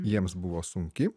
jiems buvo sunki